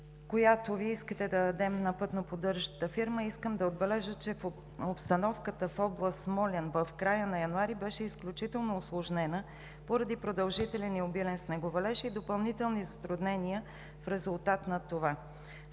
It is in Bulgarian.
която искате да дадем на пътно-поддържащата фирма, искам да отбележа, че обстановката в област Смолян в края на януари беше изключително усложнена поради продължителен и обилен снеговалеж и допълнително затруднена в резултат на това.